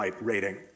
rating